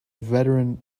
veteran